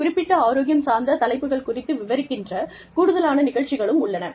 குறிப்பிட்ட ஆரோக்கியம் சார்ந்த தலைப்புகள் குறித்து விவரிக்கின்ற கூடுதலான நிகழ்ச்சிகளும் உள்ளன